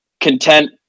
content